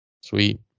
Sweet